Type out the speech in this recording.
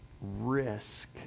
risk